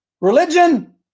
religion